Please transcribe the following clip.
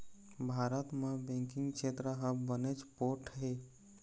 भारत म बेंकिंग छेत्र ह बनेच पोठ हे